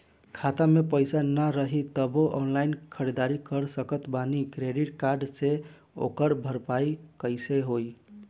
खाता में पैसा ना रही तबों ऑनलाइन ख़रीदारी कर सकत बानी क्रेडिट कार्ड से ओकर भरपाई कइसे होई?